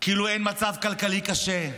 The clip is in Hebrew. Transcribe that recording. כאילו אין מצב כלכלי קשה,